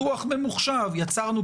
הופעל.